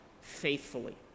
faithfully